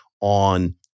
on